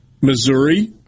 Missouri